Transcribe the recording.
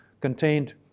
contained